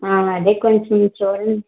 అదే కొంచెం చూడండి